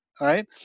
right